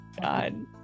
God